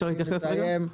תודה.